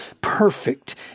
perfect